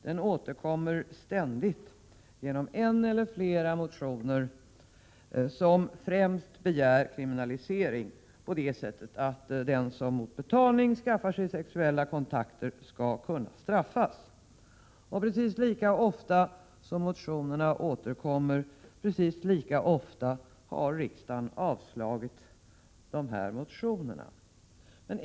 Den återkommer ständigt genom en eller flera motioner som främst begär kriminalisering på det sättet att den som mot betalning skaffar sig sexuella kontakter skall kunna straffas. Precis lika ofta som motionerna återkommer, har riksdagen avslagit dem.